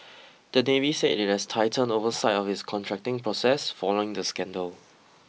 the Navy said it has tightened oversight of its contracting process following the scandal